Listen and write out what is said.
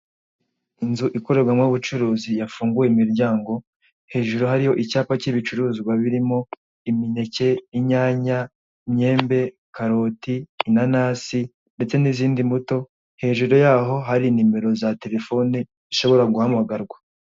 Inzu ikorerwamo ubucuruzi yafunguwe imiryango hejuru hariyo icyapa k'ibicuruzwa birimo imineke, inyanya, imyembe, karoti, inanasi ndetse n'iindi mbuto hejuru yaho hari nimero za telefone zishobora guhamagarwa.